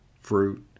fruit